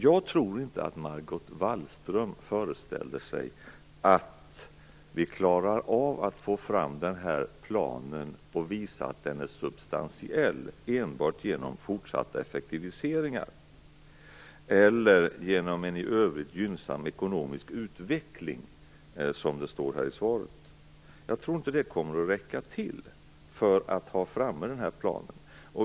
Jag tror inte att Margot Wallström föreställer sig att vi klarar av att få fram den här planen och att visa att den är substantiell enbart genom fortsatta effektiviseringar eller genom en i övrigt gynnsam ekonomisk utveckling, som det står i svaret. Jag tror inte att det kommer att räcka till för att få fram denna plan.